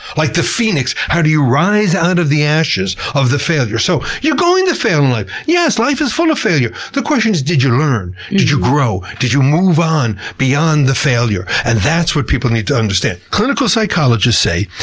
like the phoenix, how do you rise out of the ashes of the failure? so, you're going to fail in life. yes, life is full of failure. the question is, did you learn? did you grow? did you move on beyond the failure? and that's what people need to understand. clinical psychologists say,